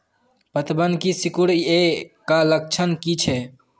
पतबन के सिकुड़ ऐ का लक्षण कीछै?